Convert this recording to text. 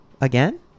Again